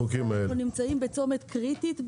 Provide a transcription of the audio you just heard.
ואנחנו בעצם נמצאים בצומת קריטית,